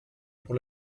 pour